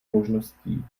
možností